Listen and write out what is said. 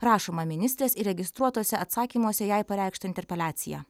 rašoma ministrės įregistruotuose atsakymuose jai pareikštą interpeliaciją